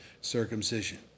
circumcision